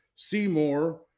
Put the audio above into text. Seymour